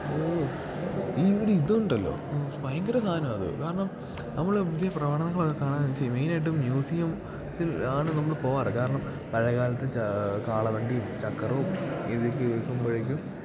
ഓ ഈ ഒര് ഇതൊണ്ടല്ലോ ഭയങ്കര സാധനമാണ് അത് കാരണം നമ്മള് പുതിയ പ്രവണതകളൊക്കെ കാണാൻ യൂസ് ചെയ്യും മെയിനായിട്ടും മ്യുസിയം ത്തില് ആണ് നമ്മള് പോവാറ് കാരണം പഴയ കാലത്തെ കാളവണ്ടിയും ചക്കറവും ഇതൊക്കെ ഓര്ക്കുമ്പഴേക്കും